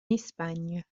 espagne